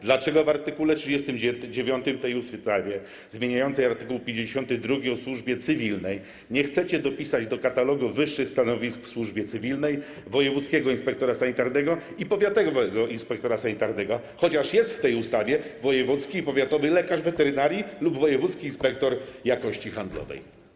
Dlaczego w art. 39 zmieniającym art. 52 ustawy o służbie cywilnej nie chcecie dopisać do katalogu wyższych stanowisk w służbie cywilnej wojewódzkiego inspektora sanitarnego i powiatowego inspektora sanitarnego, chociaż jest w tej ustawie wojewódzki i powiatowy lekarz weterynarii lub wojewódzki inspektor jakości handlowej?